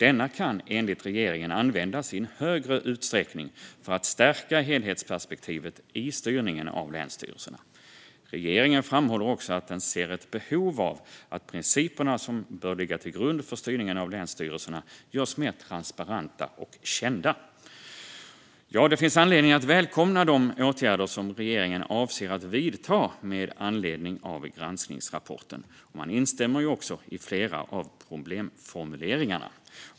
Denna kan enligt regeringen användas i en större utsträckning för att stärka helhetsperspektivet i styrningen av länsstyrelserna. Regeringen framhåller också att den ser ett behov av att principerna som bör ligga till grund för styrningen av länsstyrelserna görs mer transparenta och kända. Det finns anledning att välkomna de åtgärder som regeringen avser att vidta med anledning av granskningsrapporten. Man instämmer också i flera av problemformuleringarna.